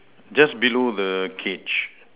just below the cage